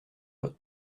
lot